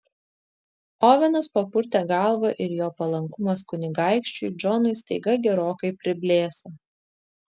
ovenas papurtė galvą ir jo palankumas kunigaikščiui džonui staiga gerokai priblėso